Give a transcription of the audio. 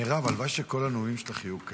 מירב, הלוואי שכל הנאומים שלך יהיו כאלה,